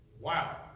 Wow